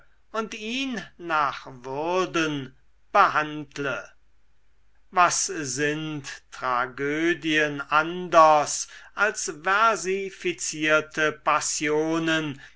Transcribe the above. und ihn nach würden behandle was sind tragödien anders als versifizierte passionen